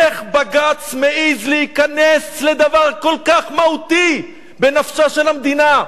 איך בג"ץ מעז להיכנס לדבר כל כך מהותי בנפשה של המדינה?